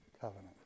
covenant